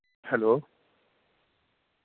hello